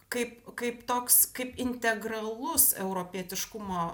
kaip kaip toks kaip integralus europietiškumo